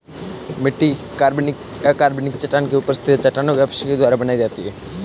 मिट्टी कार्बनिक या अकार्बनिक चट्टान के ऊपर स्थित है चट्टानों के अपक्षय द्वारा बनाई जाती है